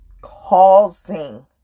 Causing